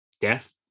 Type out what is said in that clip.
death